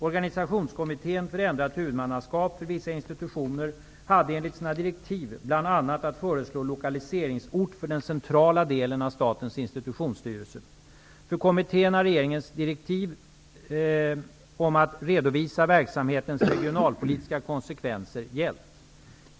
Organisationskommittén för ändrat huvudmannaskap för vissa institutioner hade enligt sina direktiv bl.a. att föreslå lokaliseringsort för den centrala delen av Statens institutionsstyrelse. För kommittén har regeringens direktiv om att redovisa verksamhetens regionalpolitiska konsekvenser gällt.